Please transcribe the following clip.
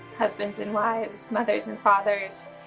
husbands and wives, mothers and fathers.